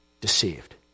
deceived